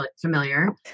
familiar